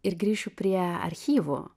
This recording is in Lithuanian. ir grįšiu prie archyvų